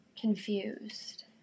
confused